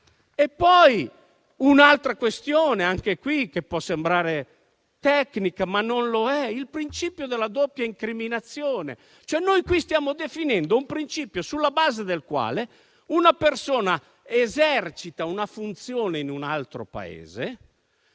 poi un'altra questione che può sembrare tecnica, ma non lo è: il principio della doppia incriminazione. Stiamo definendo un principio in base al quale una persona che esercita una funzione in un altro Paese,